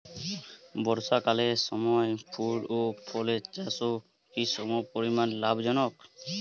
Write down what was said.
বর্ষাকালের সময় ফুল ও ফলের চাষও কি সমপরিমাণ লাভজনক?